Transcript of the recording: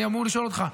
אני אמור לשאול אותך,